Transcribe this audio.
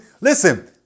listen